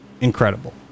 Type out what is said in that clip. incredible